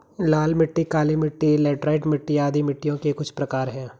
लाल मिट्टी, काली मिटटी, लैटराइट मिट्टी आदि मिट्टियों के कुछ प्रकार है